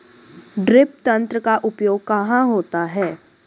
Drip तंत्र का उपयोग कहाँ होता है?